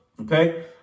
okay